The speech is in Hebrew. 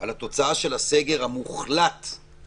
היציאה של חבר הכנסת למרחב הציבורי,